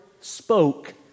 spoke